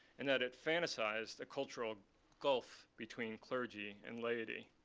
and that it fantasized a cultural gulf between clergy and laity.